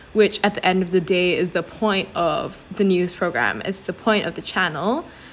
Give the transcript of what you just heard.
which at the end of the day is the point of the news programme it's the point of the channel